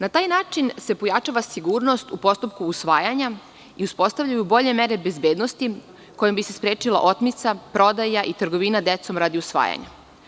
Na taj način se pojačava sigurnost u postupku usvajanja i uspostavljanju bolje mere bezbednosti, kojom bi se sprečila otmica, prodaja i trgovina decom radi usvajanja.